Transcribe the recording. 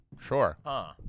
Sure